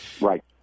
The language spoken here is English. Right